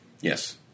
Yes